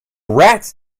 rat